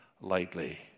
lightly